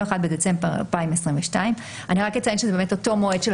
אני מבין ותתקן אותי היועצת המשפטית שאנחנו מבקשים